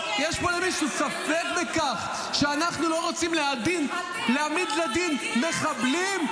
ספק בכך שאנחנו רוצים להעמיד לדין מחבלים,